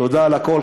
תודה על הכול.